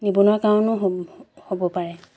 নিবনুৱ কাৰণো হ'ব হ'ব পাৰে